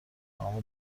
تمام